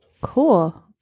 cool